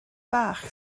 bach